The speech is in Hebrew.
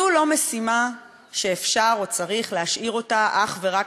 זו לא משימה שאפשר או שצריך להשאיר אותה אך ורק